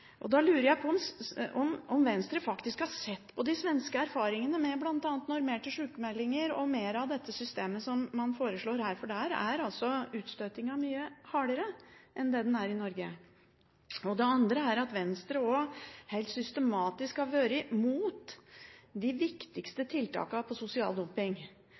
helseproblemer. Da lurer jeg på om Venstre faktisk har sett på de svenske erfaringene med bl.a. normerte sykemeldinger og mer av dette systemet som man foreslår her, for der er utstøtingen mye hardere enn det den er i Norge. Det andre er at Venstre også helt systematisk har vært imot de viktigste tiltakene når det gjelder sosial dumping.